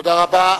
תודה רבה.